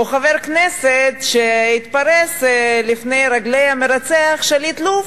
או חבר כנסת שהתרפס לפני רגלי המרצח, שליט לוב